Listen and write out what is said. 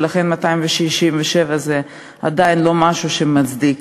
ולכן 267 זה עדיין לא משהו שמצדיק.